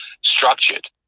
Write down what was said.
structured